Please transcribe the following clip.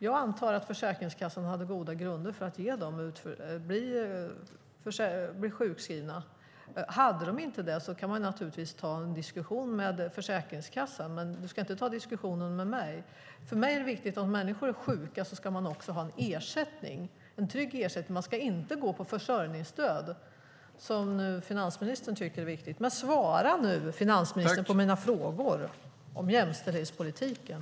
Jag antar att Försäkringskassan hade goda grunder för att de skulle blir sjukskrivna. Hade de inte det kan man naturligtvis ta en diskussion med Försäkringskassan, men du ska inte ta diskussionen med mig. För mig är det viktigt att när människor är sjuka ska de också ha en trygg ersättning. De ska inte gå på försörjningsstöd, som finansministern tycker är viktigt. Svara nu, finansministern, på mina frågor om jämställdhetspolitiken!